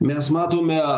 mes matome